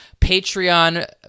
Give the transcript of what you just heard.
Patreon